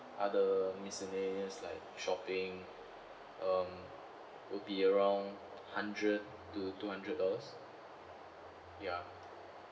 other miscellaneous like shopping um would be around hundred to two hundred dollars ya